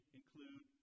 include